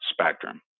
spectrum